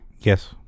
Yes